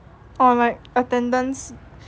or like attendance